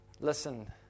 listen